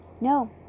No